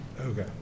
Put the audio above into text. Okay